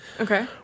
Okay